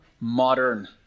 modern